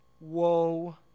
Whoa